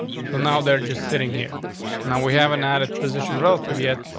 so now they're just sitting here now. we haven't added position relative yet,